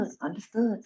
Understood